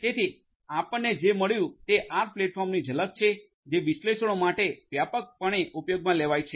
તેથી આપણેને જે મળ્યું તે આર પ્લેટફોર્મની ઝલક છે જે વિશ્લેષણો માટે વ્યાપકપણે ઉપયોગમાં લેવાય છે